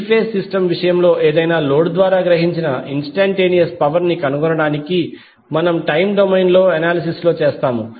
three phase system విషయంలో ఏదైనా load ద్వారా గ్రహించిన ఇన్స్టంటేనియస్ పవర్ ని కనుగొనడానికి మనము టైమ్ డొమైన్లో అనాలిసిస్ చేస్తాము